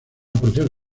porción